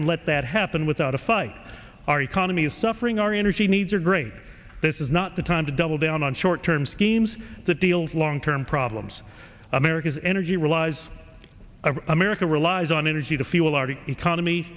and let that happen without a fight our economy is suffering our energy needs are great this is not the time to double down on short term schemes that deals long term problems america's energy relies america relies on energy to fuel our economy